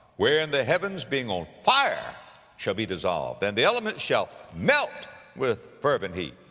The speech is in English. wherein the heavens being on fire shall be dissolved, and the elements shall melt with fervent heat?